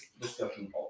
discussion